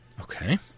Okay